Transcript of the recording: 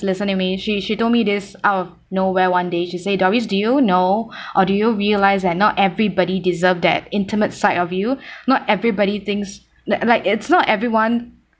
listen to me she she told me this out of nowhere one day to say doris do you know or do you realize that not everybody deserve that intimate side of you not everybody thinks that like it's not everyone